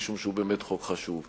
משום שהוא באמת חוק חשוב.